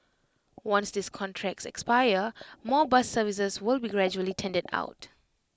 once these contracts expire more bus services will be gradually tendered out